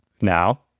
now